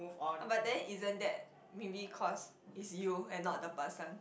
but then isn't that maybe cause is you and not the person